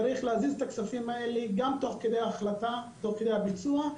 צריך להזיז אותם תוך כדי ההחלטה והביצוע,